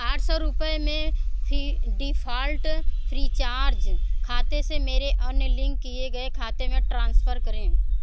आठ रुपये में थी डिफ़ॉल्ट फ़्रीचार्ज खाते से मेरे अन्य लिंक किए गए खाते में ट्रांसफ़र करें